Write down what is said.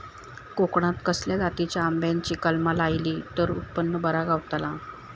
कोकणात खसल्या जातीच्या आंब्याची कलमा लायली तर उत्पन बरा गावताला?